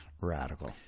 radical